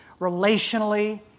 relationally